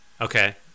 Okay